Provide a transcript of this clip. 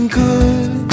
good